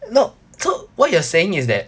not so what you're saying is that